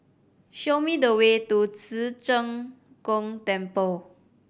show me the way to Ci Zheng Gong Temple